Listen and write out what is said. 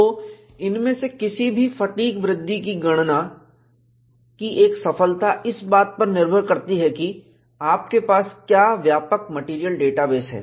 तो इनमें से किसी भी फटिग वृद्धि गणना की एक सफलता इस बात पर निर्भर करती है कि आपके पास क्या व्यापक मेटेरियल डेटाबेस है